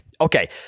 Okay